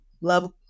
love